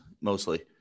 mostly